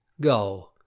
Go